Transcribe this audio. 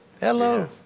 hello